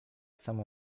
samo